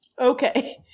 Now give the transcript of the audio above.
Okay